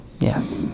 Yes